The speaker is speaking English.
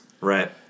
Right